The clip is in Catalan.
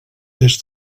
des